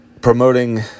promoting